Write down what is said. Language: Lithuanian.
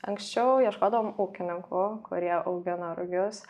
anksčiau ieškodavom ūkininkų kurie augina rugius